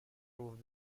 proved